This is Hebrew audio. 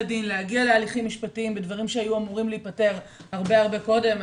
דין ולהגיע להליכים משפטיים בדברים שהיו אמורים להיפתר הרבה הרבה קודם.